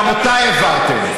גם אותה העברתם.